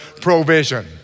provision